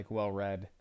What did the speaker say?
well-read